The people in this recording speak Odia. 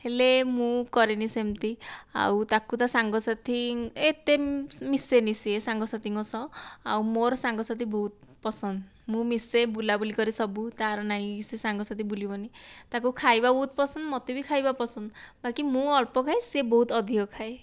ହେଲେ ମୁଁ କରେନି ସେମିତି ଆଉ ତାକୁ ତା ସାଙ୍ଗସାଥି ଏତେ ମିଶେନି ସେ ସାଙ୍ଗସାଥୀଙ୍କ ସହ ଆଉ ମୋର ସାଙ୍ଗସାଥି ବହୁତ ପସନ୍ଦ ମୁଁ ମିଶେ ବୁଲାବୁଲି କରେ ସବୁ ତା'ର ନାହିଁ ସେ ସାଙ୍ଗସାଥି ବୁଲିବନି ତା'ର ଖାଇବାକୁ ବହୁତ ପସନ୍ଦ ମୋତେ ବି ଖାଇବା ପସନ୍ଦ ବାକି ମୁଁ ଅଳ୍ପ ଖାଏ ସେ ବହୁତ ଅଧିକ ଖାଏ